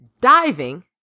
diving